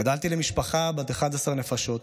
גדלתי למשפחה בת 11 נפשות.